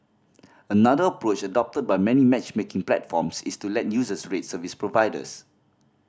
another approach adopted by many matchmaking platforms is to let users rate service providers